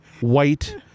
white